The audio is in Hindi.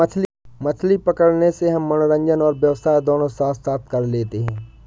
मछली पकड़ने से हम मनोरंजन और व्यवसाय दोनों साथ साथ कर लेते हैं